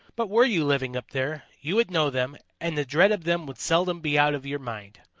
but were you living up there, you would know them, and the dread of them would seldom be out of your mind.